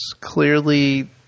clearly